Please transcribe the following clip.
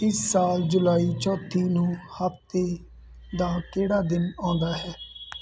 ਇਸ ਸਾਲ ਜੁਲਾਈ ਚੌਥੀ ਨੂੰ ਹਫ਼ਤੇ ਦਾ ਕਿਹੜਾ ਦਿਨ ਆਉਂਦਾ ਹੈ